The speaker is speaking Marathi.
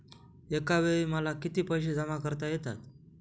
एकावेळी मला किती पैसे जमा करता येतात?